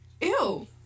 ew